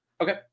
Okay